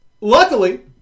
luckily